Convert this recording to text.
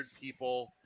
people